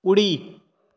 उडी